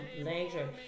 later